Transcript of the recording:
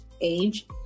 age